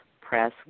press